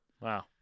Wow